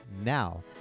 Now